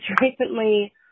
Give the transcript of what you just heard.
recently